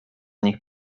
nich